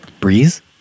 Breeze